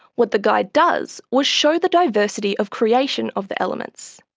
what the guide does was show the diversity of creation of the elements.